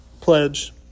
pledge